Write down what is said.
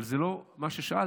אבל זה לא מה ששאלת.